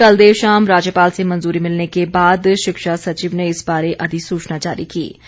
कल देर शाम राज्यपाल से मंजूरी मिलने के बाद शिक्षा सचिव ने इस बारे अधिसूचना जारी कर दी